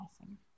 Awesome